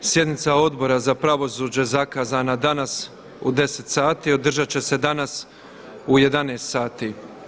Sjednica Odbora za pravosuđe zakazana danas u 10 sati održat će se danas u 11,00 sati.